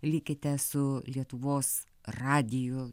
likite su lietuvos radiju